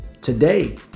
today